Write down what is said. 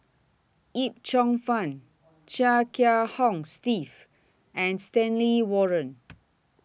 Yip Cheong Fun Chia Kiah Hong Steve and Stanley Warren